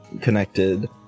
connected